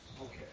Okay